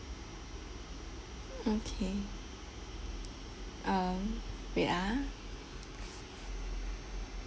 okay um wait ah